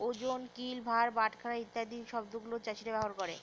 ওজন, কিল, ভার, বাটখারা ইত্যাদি শব্দগুলা চাষীরা ব্যবহার করে